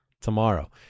tomorrow